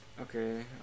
Okay